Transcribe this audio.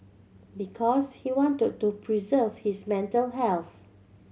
because he want to to preserve his mental health